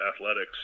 athletics